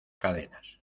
cadenas